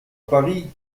paris